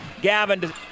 Gavin